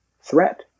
threat